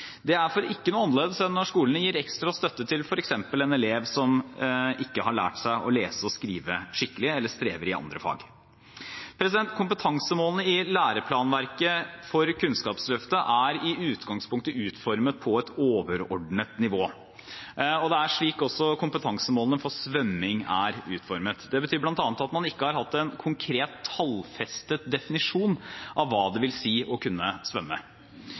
til f.eks. en elev som ikke har lært seg å lese og skrive skikkelig eller strever i andre fag. Kompetansemålene i læreplanverket for Kunnskapsløftet er i utgangspunktet utformet på et overordnet nivå. Det er slik også kompetansemålene for svømming er utformet. Det betyr bl.a. at man ikke har hatt en konkret, tallfestet definisjon av hva det vil si å kunne svømme.